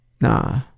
Nah